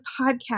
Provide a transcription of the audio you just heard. podcast